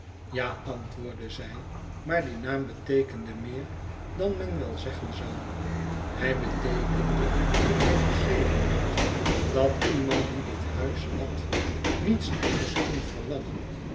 ja antwoordde zij maar die naam beteekende meer dan men wel zeggen zou hij beteekende toen hij gegeven werd dat iemand die dit huis had niets anders kon verlangen